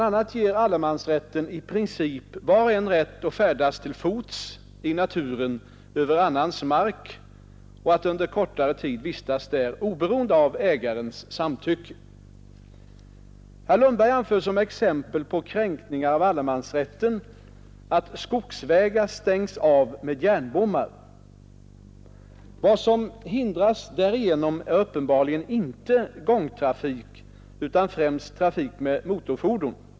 a. ger allemansrätten i princip var och en rätt att färdas till fots i naturen över annans mark och att under kortare tid vistas där, oberoende av ägarens samtycke. Herr Lundberg anför som exempel på kränkningar av allemansrätten att skogsvägar stängs av med järnbommar. Vad som hindras därigenom är uppenbarligen inte gångtrafik utan främst trafik med motorfordon.